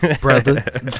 brother